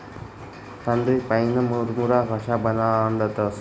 तांदूय पाईन मुरमुरा कशा बनाडतंस?